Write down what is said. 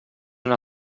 una